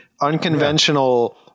unconventional